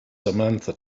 samantha